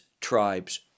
tribes